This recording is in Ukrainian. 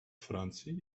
франції